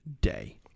day